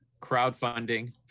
crowdfunding